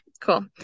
cool